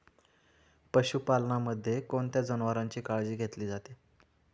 पशुपालनामध्ये कोणत्या जनावरांची काळजी घेतली जाते?